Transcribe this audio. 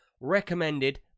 recommended